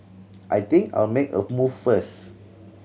I think I'll make a move first